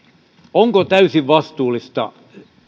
onko täysin vastuullista